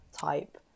type